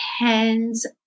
depends